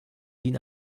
din